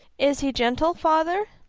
is he gentle, father?